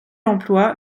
emploi